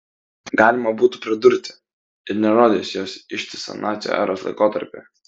galima būtų pridurti ir nerodys jos ištisą nacių eros laikotarpį